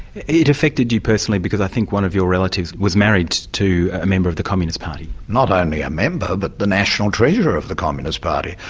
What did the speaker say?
it affected you personally because i think one of your relatives was married to a member of the communist party. not only a member but the national treasurer of the communist party.